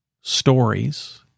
stories